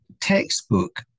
textbook